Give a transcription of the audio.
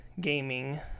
Gaming